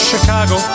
Chicago